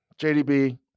JDB